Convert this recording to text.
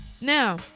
now